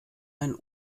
ein